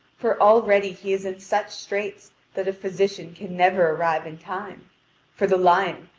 for already he is in such straits that a physician can never arrive in time for the lion,